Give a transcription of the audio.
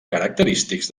característics